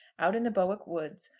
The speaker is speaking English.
out in the bowick woods.